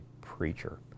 preacher